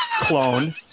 clone